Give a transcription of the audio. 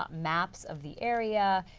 um maps of the area,